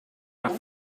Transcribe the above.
nach